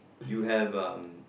you have um